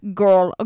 girl